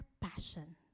passion